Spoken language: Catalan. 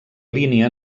línia